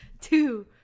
two